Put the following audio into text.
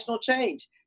change